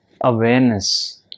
Awareness